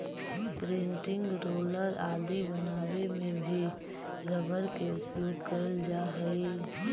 printing roller आदि बनावे में भी रबर के उपयोग कैल जा हइ